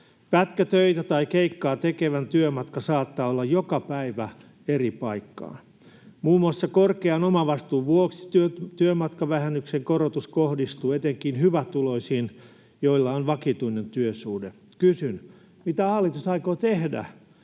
Pätkätöitä tai keikkaa tekevän työmatka saattaa olla joka päivä eri paikkaan. Muun muassa korkean omavastuun vuoksi työmatkavähennyksen korotus kohdistuu etenkin hyvätuloisiin, joilla on vakituinen työsuhde. Kysyn: mitä hallitus aikoo tehdä,